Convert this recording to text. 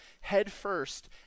headfirst